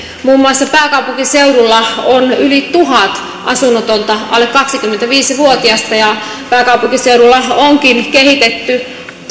muun muassa pääkaupunkiseudulla on yli tuhat asunnotonta alle kaksikymmentäviisi vuotiasta pääkaupunkiseudulla onkin kehitetty